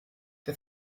der